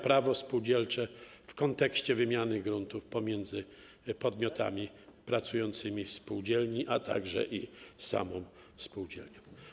Prawo spółdzielcze w kontekście wymiany gruntów pomiędzy podmiotami pracującymi w spółdzielni, a także samym spółdzielniom.